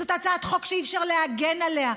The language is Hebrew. זאת הצעת חוק שאי-אפשר להגן עליה.